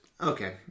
okay